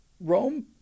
Rome